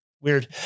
Weird